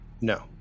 No